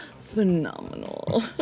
phenomenal